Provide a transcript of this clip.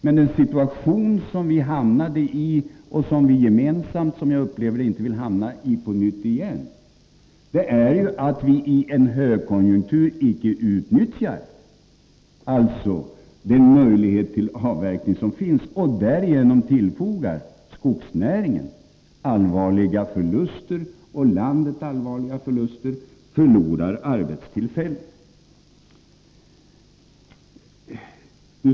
Men en situation som vi hamnade i för några år sedan och som vi inte vill hamna i igen är att den möjlighet till avverkning som finns icke utnyttjas i en högkonjuntur och att skogsnäringen och landet därigenom tillfogas allvarliga förluster och förlorar arbetstillfällen.